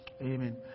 Amen